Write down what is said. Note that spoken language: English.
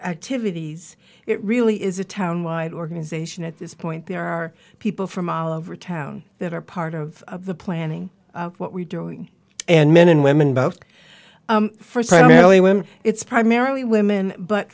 activities it really is a town wide organization at this point there are people from all over town that are part of the planning what we're doing and men and women both for so many women it's primarily women but